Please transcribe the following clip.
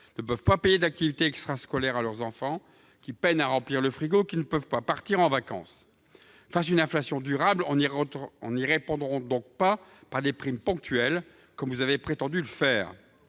ne peuvent pas payer d’activités extrascolaires à leurs enfants, qui peinent à remplir le frigo et qui ne peuvent pas partir en vacances. L’on ne répond pas à une inflation durable par des primes ponctuelles, comme vous avez prétendu le faire.